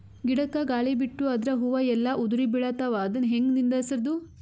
ಗಿಡಕ, ಗಾಳಿ ಬಿಟ್ಟು ಅದರ ಹೂವ ಎಲ್ಲಾ ಉದುರಿಬೀಳತಾವ, ಅದನ್ ಹೆಂಗ ನಿಂದರಸದು?